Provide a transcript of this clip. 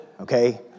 okay